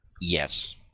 yes